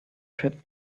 trip